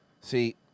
See